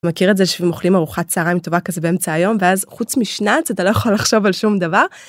מכיר את זה שאתם אוכלים ארוחת צהריים טובה כזה באמצע היום ואז חוץ משנ"צ אתה לא יכול לחשוב על שום דבר.